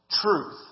truth